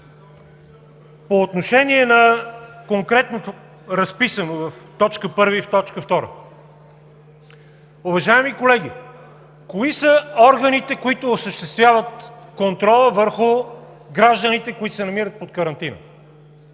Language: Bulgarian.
По отношение на конкретното разписано в т. 1 и т. 2. Уважаеми колеги, кои са органите, които осъществяват контрола върху гражданите, които се намират под карантина?